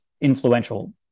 influential